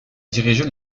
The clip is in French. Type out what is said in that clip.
diriger